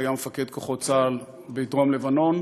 שהיה מפקד כוחות צה"ל בדרום לבנון,